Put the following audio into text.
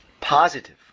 positive